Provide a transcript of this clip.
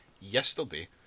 yesterday